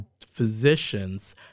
physicians